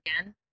again